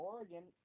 Oregon